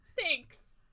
thanks